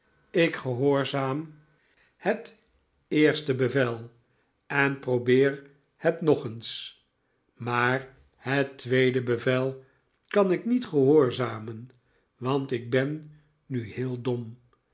ik gehoorzaam het eerste bevel en probeer het nog eens maar het tweede bevel kan ik niet gehoorzamen want ik ben nu heel dom